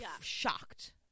shocked